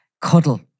cuddle